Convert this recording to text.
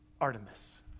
Artemis